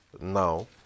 Now